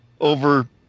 over